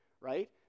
right